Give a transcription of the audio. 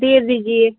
दे दीजिए